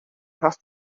has